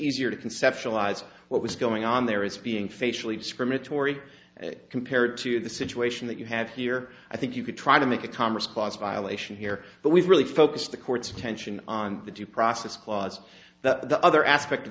easier to conceptualize what was going on there is being facially discriminatory compared to the situation that you have here i think you could try to make a commerce clause violation here but we've really focused the court's attention on the due process clause the other aspect of